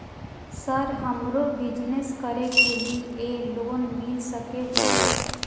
Sir हमरो business करके ली ये लोन मिल सके छे?